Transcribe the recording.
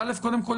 קודם כול,